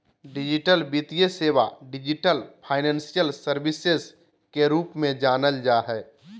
digital वित्तीय सेवा, digital financial services के रूप में जानल जा हइ